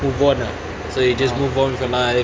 move on ah so you just move on with your life